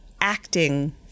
acting